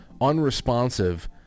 unresponsive